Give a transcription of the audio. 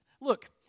look